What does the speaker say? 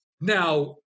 Now